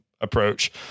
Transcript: approach